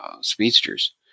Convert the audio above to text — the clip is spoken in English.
speedsters